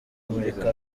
kumurika